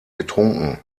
getrunken